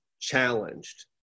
challenged